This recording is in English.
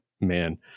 man